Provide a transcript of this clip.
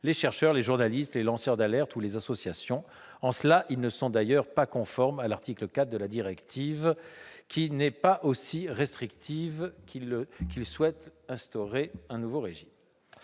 les chercheurs, les journalistes, les lanceurs d'alerte ou les associations. En cela, ils ne sont d'ailleurs pas conformes à l'article 4 de la directive, qui n'est pas aussi restrictif. Le texte prévoit clairement